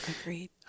Agreed